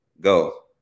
Go